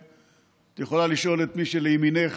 ואת יכולה לשאול את מי שלימינך,